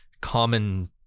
common